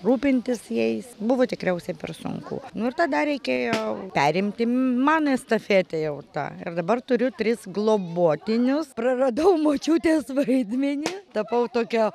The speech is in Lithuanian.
rūpintis jais buvo tikriausiai per sunku nu ir tada reikėjo perimti man estafetę jau tą ir dabar turiu tris globotinius praradau močiutės vaidmenį tapau tokia